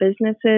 businesses